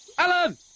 Alan